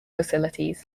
facilities